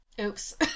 Oops